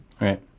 Right